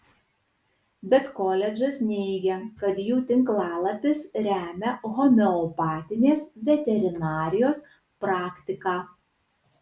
bet koledžas neigia kad jų tinklalapis remia homeopatinės veterinarijos praktiką